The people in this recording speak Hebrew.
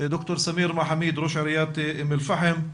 ד"ר סמיר מחמיד, ראש עיריית אום אל פאחם,